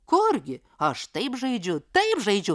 kurgi aš taip žaidžiu taip žaidžiu